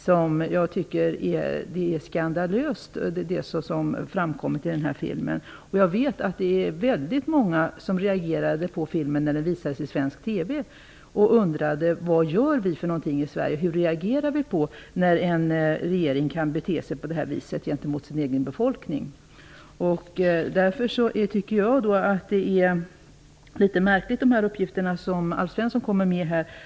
Jag tycker att det som framkom i den är skandalöst. Jag vet att det var väldigt många som reagerade på filmen när den visades i svensk TV. De undrar vad vi i Sverige gör. Hur reagerar vi när en regeringen beter sig på det här viset mot sin egen befolkning? Därför tycker jag att de uppgifter som Alf Svensson kommer med är litet märkliga.